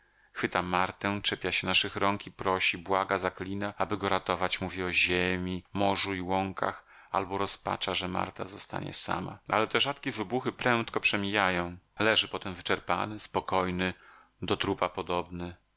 chwyta martę czepia się naszych rąk i prosi błaga zaklina aby go ratować mówi o ziemi morzu i łąkach albo rozpacza że marta zostanie sama ale te rzadkie wybuchy prędko przemijają leży potem wyczerpany spokojny do trupa podobny